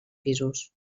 pisos